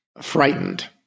frightened